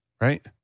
Right